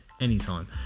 anytime